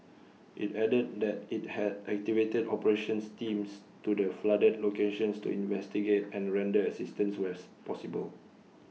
IT added that IT had activated operations teams to the flooded locations to investigate and render assistance where possible